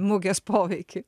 mugės poveikį